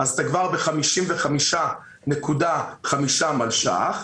כך שאתה כבר ב-55.5 מיליון שקלים.